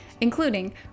including